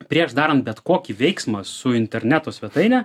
prieš darant bet kokį veiksmą su interneto svetaine